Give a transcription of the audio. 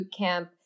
Bootcamp